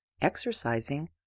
exercising